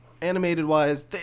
animated-wise